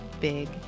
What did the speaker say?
big